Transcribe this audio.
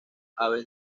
aves